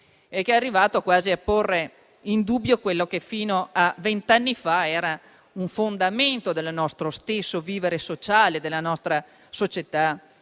anni, arrivando quasi a porre in dubbio quello che fino a vent'anni fa era un fondamento del nostro stesso vivere sociale e della nostra società.